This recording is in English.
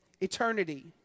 eternity